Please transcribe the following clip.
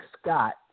Scott